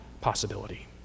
possibility